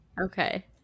okay